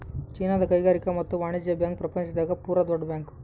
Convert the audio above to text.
ಚೀನಾದ ಕೈಗಾರಿಕಾ ಮತ್ತು ವಾಣಿಜ್ಯ ಬ್ಯಾಂಕ್ ಪ್ರಪಂಚ ದಾಗ ಪೂರ ದೊಡ್ಡ ಬ್ಯಾಂಕ್